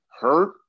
hurt